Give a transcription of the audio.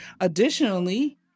Additionally